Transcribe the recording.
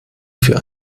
für